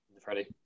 Freddie